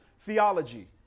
theology